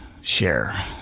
share